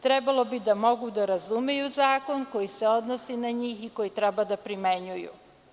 Trebalo bi da mogu da razumeju zakon koji se odnosi na njih i koji treba da primenjuju.